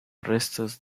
restos